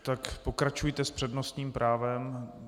Tak pokračujte s přednostním právem.